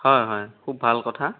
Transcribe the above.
হয় হয় খুব ভাল কথা